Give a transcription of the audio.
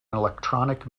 electronic